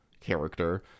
character